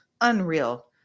unreal